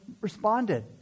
responded